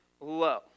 low